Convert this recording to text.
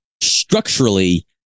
structurally